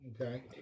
okay